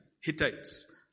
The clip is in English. Hittites